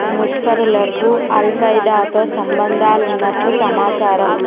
ముష్కరులకు అల్ఖైదాతో సంబంధాలున్నట్లు సమాచారం